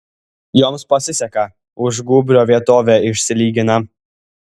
joms pasiseka už gūbrio vietovė išsilygina